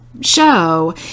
show